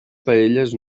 paelles